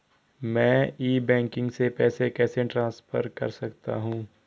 मैं e banking से पैसे कैसे ट्रांसफर कर सकता हूं?